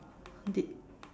did